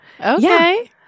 Okay